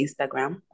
Instagram